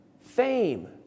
fame